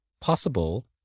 possible